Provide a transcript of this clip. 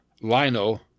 Lino